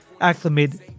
acclimated